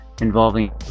involving